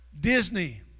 Disney